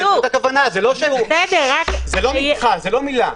לא מילה.